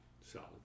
solid